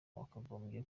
wakagombye